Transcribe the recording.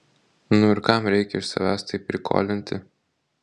nu ir kam reikia iš savęs taip prikolinti